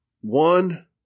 one